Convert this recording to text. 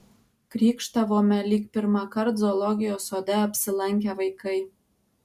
krykštavome lyg pirmąkart zoologijos sode apsilankę vaikai